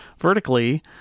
vertically